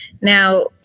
Now